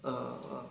uh